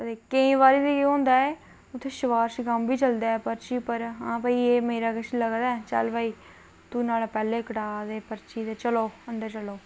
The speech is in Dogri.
ते केईं बारी केह् होंदा ऐ उत्थै सफारिश कम्म बी चलदा ऐ पर्ची पर आं भई कि एह् मेरा किश लगदा ऐ चल भाई तू नुहाड़ा पैह्लें कटा पर्ची चलो अंदर चलो